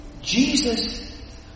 Jesus